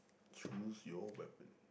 choose your weapon